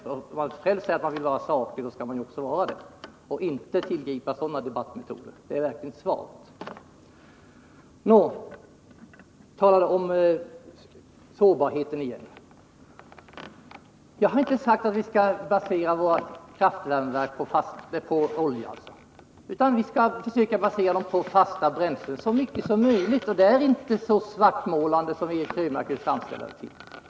Han säger själv att han vill vara saklig, men då skall han väl också vara det och inte tillgripa sådana debattmetoder. Det är verkligen svagt. Återigen till frågan om sårbarheten. Jag har inte sagt att vi skall basera våra kraftvärmeverk på olja, utan jag har sagt att vi skall så mycket som möjligt försöka basera dem på fasta bränslen. Bilden är inte så svart som Eric Krönmark vill göra den till.